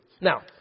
now